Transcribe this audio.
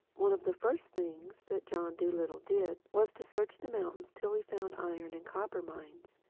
one of the first things that john dolittle did was to search the mountains till he found iron and copper mines.